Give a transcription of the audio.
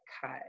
cut